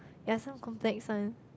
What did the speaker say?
ya some complex one